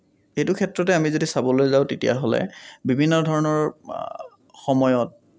সেইটো ক্ষেত্ৰতে আমি যদি চাবলৈ যাওঁ তেতিয়াহ'লে বিভিন্ন ধৰণৰ সময়ত